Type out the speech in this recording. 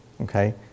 okay